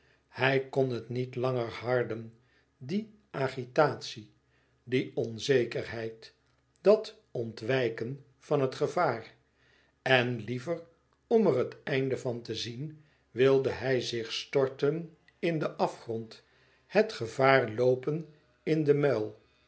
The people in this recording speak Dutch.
hij kon het niet langer harden die agitatie die onzekerheid dat ontwijken van het gevaar en liever om er het einde van te zien wilde hij zich storten in den afgrond het gevaar loopen in den muil